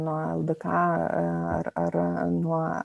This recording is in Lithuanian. nuo ldk ar ar nuo